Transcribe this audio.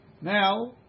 Now